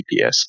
GPS